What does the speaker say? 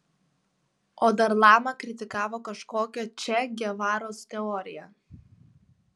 o dar lama kritikavo kažkokio če gevaros teoriją